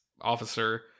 officer